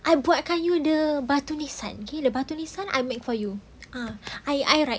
I bookkan you the batu nisan K the batu nisan I make for you uh I I write